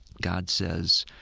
god says,